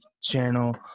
channel